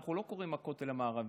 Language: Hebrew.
אנחנו לא קוראים "הכותל המערבי"?